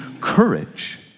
courage